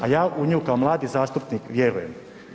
Ja u nju, kao mladi zastupnik vjerujem.